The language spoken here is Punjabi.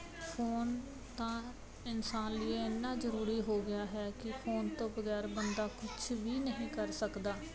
ਫੋਨ ਤਾਂ ਇਨਸਾਨ ਲੀਏ ਇੰਨਾ ਜ਼ਰੂਰੀ ਹੋ ਗਿਆ ਹੈ ਕਿ ਫੋਨ ਤੋਂ ਬਗੈਰ ਬੰਦਾ ਕੁਛ ਵੀ ਨਹੀਂ ਕਰ ਸਕਦਾ